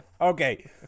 Okay